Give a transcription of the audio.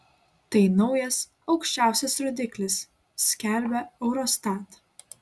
tai naujas aukščiausias rodiklis skelbia eurostat